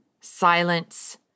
silence